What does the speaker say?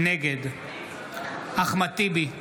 נגד אחמד טיבי,